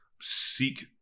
seek